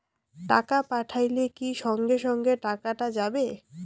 টাকা পাঠাইলে কি সঙ্গে সঙ্গে টাকাটা যাবে?